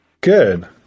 Good